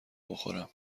بخورم